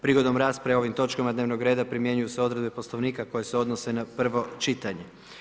Prigodom rasprave o ovim točkama dnevnog reda, primjenjuj se odredbe Poslovnika koji se odnose na prvo čitanje.